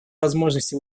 возможности